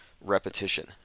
repetition